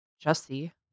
Jesse